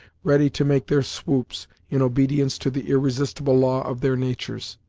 ready to make their swoops, in obedience to the irresistable law of their natures.